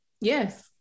Yes